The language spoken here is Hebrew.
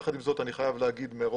יחד עם זאת אני חייב לומר מראש